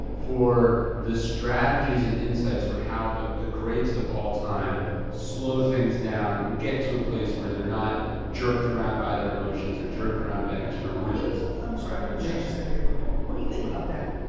for the strategies and insights for how the the greats of all time slow things down and get to a place where they're not jerked around by their emotions or jerked around by external noises. i'm sorry, i'm gonna change this interview a little bit. when you think about that,